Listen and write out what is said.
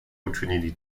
uczynili